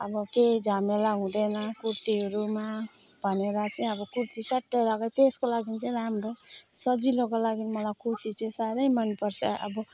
अब केही झमेला हुँदैन कुर्तीहरूमा भनेर चाहिँ अब कुर्ती सट्ट लगायो त्यसको लागि चाहिँ राम्रो सजिलोको लागि मलाई कुर्ती चाहिँ साह्रै मनपर्छ अब